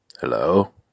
Hello